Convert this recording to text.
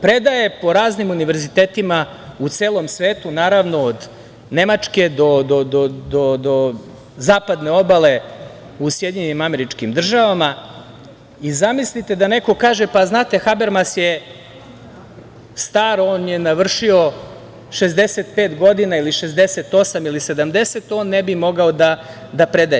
Predaje po raznim univerzitetima u celom svetu, naravno od Nemačke do Zapadne obale u SAD i zamislite da neko kaže – pa znate Habermas je star, on je navršio 65 godina ili 68 ili 70, on ne bi mogao da predaje.